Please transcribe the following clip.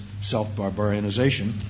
self-barbarianization